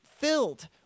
filled